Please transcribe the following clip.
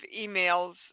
emails